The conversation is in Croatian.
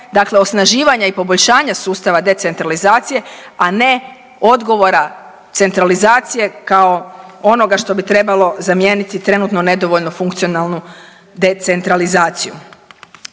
dakle osnaživanja i poboljšanja sustava decentralizacije a ne odgovora centralizacije kao onoga što bi trebalo zamijeniti trenutno nedovoljno funkcionalnu decentralizaciju.